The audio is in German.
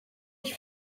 ich